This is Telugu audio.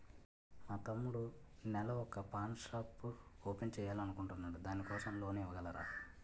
మా తమ్ముడు నెల వొక పాన్ షాప్ ఓపెన్ చేయాలి అనుకుంటునాడు దాని కోసం లోన్ ఇవగలరా?